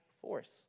force